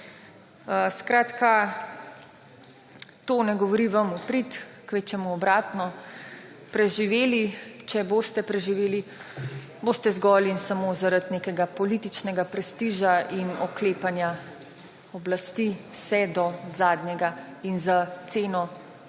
Skratka, to ne govori vam v prid, kvečjemu obratno. Preživeli, če boste preživeli, boste zgolj in samo zaradi nekega političnega prestiža in oklepanja oblasti vse do zadnjega in za ceno česarkoli,